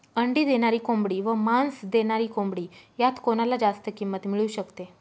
अंडी देणारी कोंबडी व मांस देणारी कोंबडी यात कोणाला जास्त किंमत मिळू शकते?